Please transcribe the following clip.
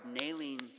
nailing